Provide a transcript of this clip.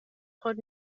خود